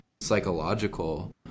psychological